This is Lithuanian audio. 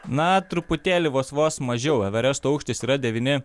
na truputėlį vos vos mažiau everesto aukštis yra devyni